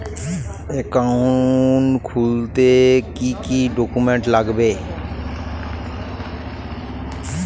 Account খুলতে কি কি ডকুমেন্ট লাগবে?